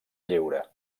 lleure